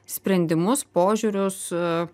sprendimus požiūrius